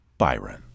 Byron